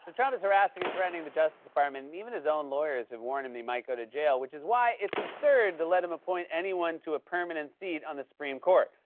trump is harassing and threatening the justice department, and even his own lawyers have warned him he might go to jail, which is why it's absurd to let him appoint anyone to a permanent seat on the supreme court,